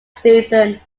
season